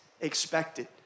expected